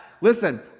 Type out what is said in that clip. listen